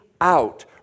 out